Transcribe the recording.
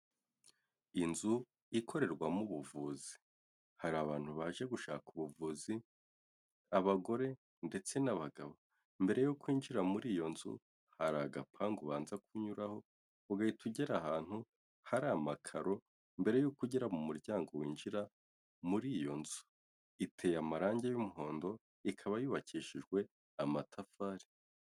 Inzu ikorerwamo ubuvuzi. Hari abantu baje gushaka ubuvuzi, abagore ndetse n'abagabo. Mbere yuko winjira muri iyo nzu, hari agapangu ubanza kunyuraho, ugahita ugera ahantu hari amakaro, mbere yuko ugera mu muryango winjira muri iyo nzu. Iteye amarangi y'umuhondo, ikaba yubakishijwe amatafari.